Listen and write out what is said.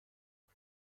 اون